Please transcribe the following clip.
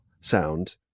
sound